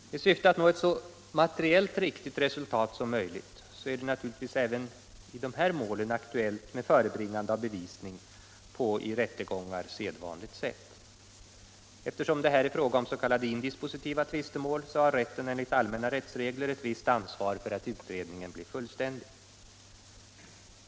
I syfte att nå ett så materiellt riktigt resultat som möjligt är det naturligtvis även i dessa mål aktuellt med förebringande av bevisning på i rättegångar sedvanligt sätt. Eftersom det här är fråga om s.k. indispositiva tvistemål har rätten enligt allmänna rättsregler ett visst ansvar för att utredningen blir fullständig.